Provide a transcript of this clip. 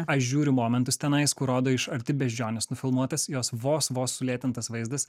aš žiūriu momentus tenais kur rodo iš arti beždžiones nufilmuotas jos vos vos sulėtintas vaizdas